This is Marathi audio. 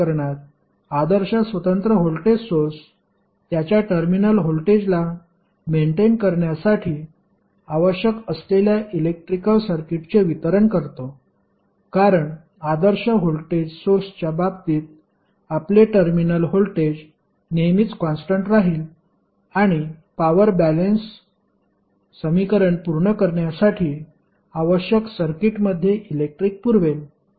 या प्रकरणात आदर्श स्वतंत्र व्होल्टेज सोर्स त्याच्या टर्मिनल व्होल्टेजला मेंटेन करण्यासाठी आवश्यक असलेल्या इलेक्ट्रिकल सर्किटचे वितरण करतो कारण आदर्श व्होल्टेज सोर्सच्या बाबतीत आपले टर्मिनल व्होल्टेज नेहमीच कॉन्स्टन्ट राहील आणि पॉवर बॅलेन्स समीकरण पूर्ण करण्यासाठी आवश्यक सर्किटमध्ये इलेक्ट्रिक पुरवेल